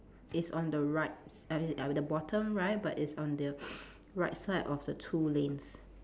it's on the right s~ at at the bottom right but it's on the right side of the two lanes